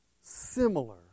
similar